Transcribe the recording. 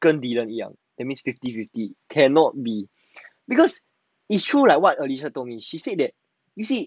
跟 dylan 一样 that means fifty fifty cannot be~ because it's true like what alysha told me she said that you see